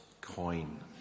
coin